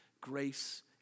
grace